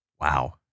Wow